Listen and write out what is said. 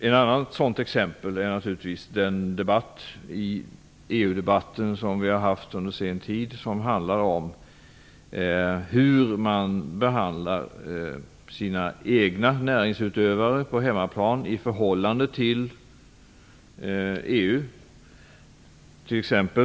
Ett annat sådan exempel är naturligtvis den debatt i EU-debatten som vi haft under sen tid som handlar om hur man behandlar sina egna näringsutövare på hemmaplan i förhållande till näringsutövare inom EU.